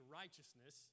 righteousness